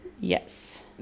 Yes